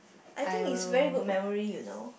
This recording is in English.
I think it's very good memory you know